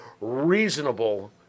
reasonable